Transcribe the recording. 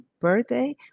birthday